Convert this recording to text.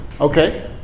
Okay